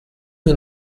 wir